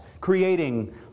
creating